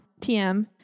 TM